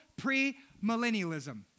premillennialism